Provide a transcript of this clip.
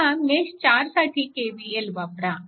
आता मेश 4 साठी KVL वापरा